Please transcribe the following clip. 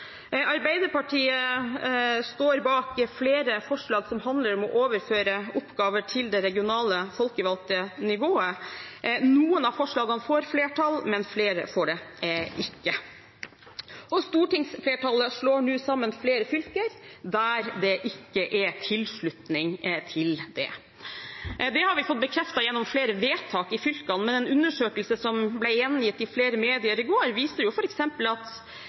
Arbeiderpartiet står bak flere forslag som handler om å overføre oppgaver til det regionale folkevalgte nivået. Noen av forslagene får flertall, men flere får det ikke. Stortingsflertallet slår nå sammen flere fylker der det ikke er tilslutning til det. Det har vi fått bekreftet gjennom flere vedtak i fylkene, men en undersøkelse som ble gjengitt i flere medier i går, viser f.eks. at